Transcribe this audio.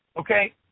Okay